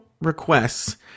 requests